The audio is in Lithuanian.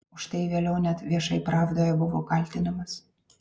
už tai vėliau net viešai pravdoje buvau kaltinamas